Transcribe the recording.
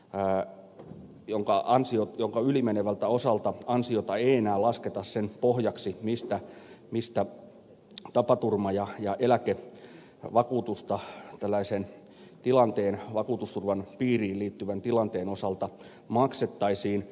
raja jonka yli menevältä osalta ansiota ei enää lasketa sen pohjaksi mistä tapaturma ja eläkevakuutusta tällaisen tilanteen vakuutusturvan piiriin liittyvän tilanteen osalta maksettaisiin